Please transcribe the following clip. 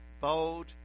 bold